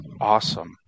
awesome